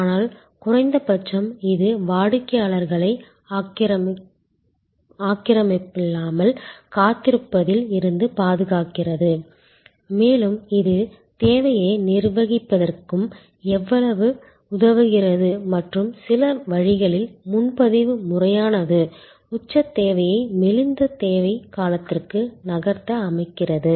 ஆனால் குறைந்த பட்சம் இது வாடிக்கையாளர்களை ஆக்கிரமிப்பில்லாமல் காத்திருப்பதில் இருந்து பாதுகாக்கிறது மேலும் இது தேவையை நிர்வகிப்பதற்கும் எங்களுக்கு உதவுகிறது மற்றும் சில வழிகளில் முன்பதிவு முறையானது உச்ச தேவையை மெலிந்த தேவை காலத்திற்கு நகர்த்த அனுமதிக்கிறது